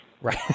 right